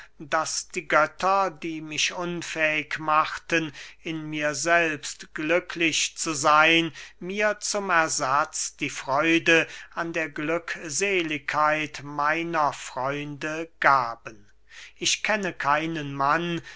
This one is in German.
daß die götter die mich unfähig machten in mir selbst glücklich zu seyn mir zum ersatz die freude an der glückseligkeit meiner freunde gaben ich kenne keinen mann